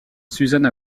suzanne